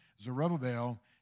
Zerubbabel